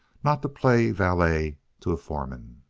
not to play valet to a foreman.